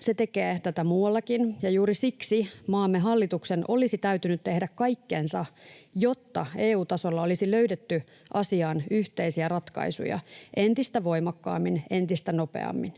Se tekee tätä muuallakin, ja juuri siksi maamme hallituksen olisi täytynyt tehdä kaikkensa, jotta EU-tasolla olisi löydetty asiaan yhteisiä ratkaisuja entistä voimakkaammin, entistä nopeammin.